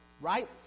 right